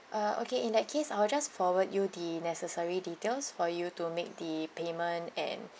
ah okay in that case I will just forward you the necessary details for you to make the payment and